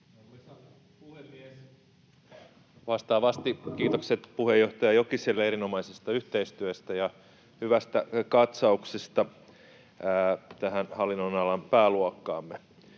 Vastaavasti kiitokset puheenjohtaja Jokiselle erinomaisesta yhteistyöstä ja hyvästä katsauksesta tähän hallinnonalan pääluokkaamme.